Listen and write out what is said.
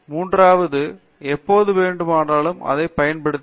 பேராசிரியர் அரிந்தமா சிங் மூன்றாவது எப்போது வேண்டுமானாலும் அதை பயன்படுத்த வேண்டும்